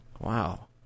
wow